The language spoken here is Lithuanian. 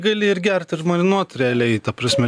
gali ir gert ir marinuot realiai ta prasme